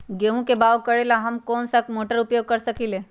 गेंहू के बाओ करेला हम कौन सा मोटर उपयोग कर सकींले?